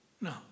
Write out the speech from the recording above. No